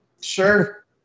Sure